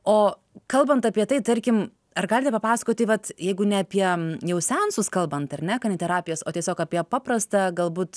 o kalbant apie tai tarkim ar galite papasakoti vat jeigu ne apie jau seansus kalbant ar ne kaniterapijos o tiesiog apie paprastą galbūt